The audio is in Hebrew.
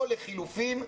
או לחילופין,